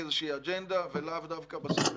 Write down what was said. איזושהי אג'נדה ולאו דווקא את המציאות.